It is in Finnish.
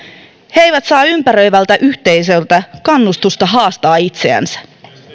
he eivät saa ympäröivältä yhteisöltä kannustusta haastaa itseänsä